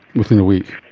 within a week.